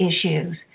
issues